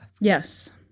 Yes